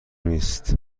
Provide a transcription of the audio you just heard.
نیست